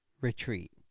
Retreat